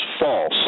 false